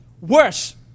Worse